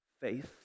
faith